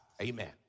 Amen